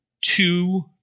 two